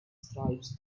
stripes